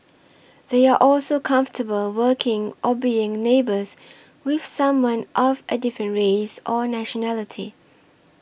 they are also comfortable working or being neighbours with someone of a different race or nationality